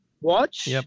watch